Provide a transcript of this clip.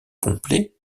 complets